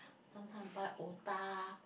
sometime buy otah